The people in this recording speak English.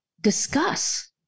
discuss